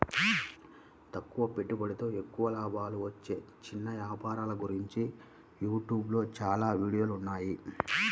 తక్కువ పెట్టుబడితో ఎక్కువ లాభాలు వచ్చే చిన్న వ్యాపారాల గురించి యూట్యూబ్ లో చాలా వీడియోలున్నాయి